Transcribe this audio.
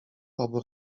obu